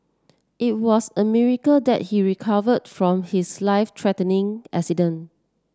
it was a miracle that he recovered from his life threatening accident